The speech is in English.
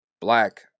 black